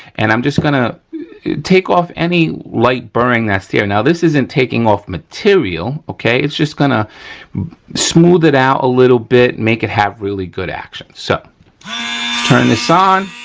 and i'm just gonna take off any light burring that's here. now, this isn't taking off material, okay. it's just gonna smooth it out a little bit, make it have really good action. so, we'll turn this on